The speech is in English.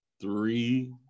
three